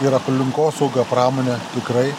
ir aplinkosaugą pramonė tikrai